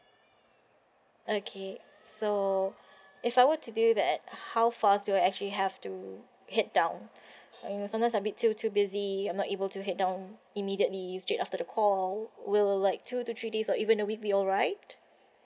okay so if I were to do that how fast will I actually have to head down um sometimes a bit too too busy I'm not able to head down immediately straight after the call will like two to three days or even a week be alright